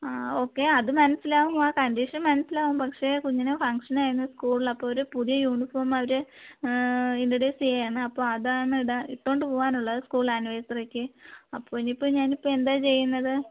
ആ ഓക്കെ അത് മനസിലാകും ആ കണ്ടിഷൻ മനസിലാകും പക്ഷെ കുഞ്ഞിന് ഫങ്ക്ഷനായിരുന്നു സ്കൂളില് അപ്പോൾ ഒരു പുതിയ യൂണിഫോം അവര് ഇൻട്രൊഡ്യൂസ് ചെയ്യുവാണ് അപ്പോൾ അതാണ് ഇടാൻ ഇട്ടോണ്ടു പോകാനുള്ളത് സ്കൂൾ ആനിവേഴ്സറിക്ക് അപ്പോൾ ഇനിയിപ്പോൾ ഞാനിപ്പോൾ എന്താ ചെയ്യുന്നത്